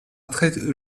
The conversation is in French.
très